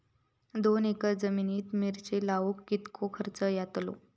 दोन एकर जमिनीत मिरचे लाऊक कितको खर्च यातलो?